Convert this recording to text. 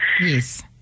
yes